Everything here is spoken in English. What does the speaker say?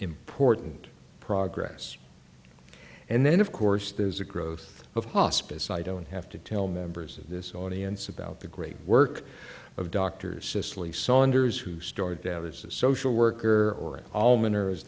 important progress and then of course there's a growth of hospice i don't have to tell members of this audience about the great work of dr cicely saunders who started out as a social worker or allman